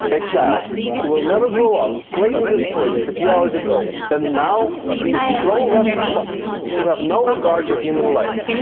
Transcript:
a child, who will never grow up, played with this toy just a few hours ago, and now, these pro-russian fuckers, who have no regard for human life,